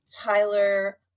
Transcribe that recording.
Tyler